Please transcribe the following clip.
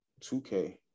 2K